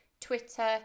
Twitter